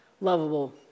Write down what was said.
lovable